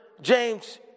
James